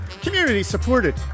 community-supported